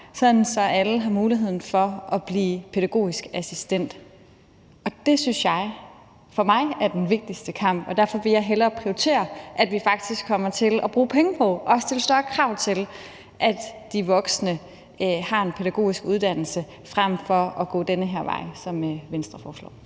at alle har mulighed for at blive pædagogisk assistent. For mig er det den vigtigste kamp, og derfor vil jeg hellere prioritere, at vi faktisk kommer til at bruge penge på og stille større krav til, at de voksne har en pædagogisk uddannelse frem for at gå den her vej, som Venstre foreslår.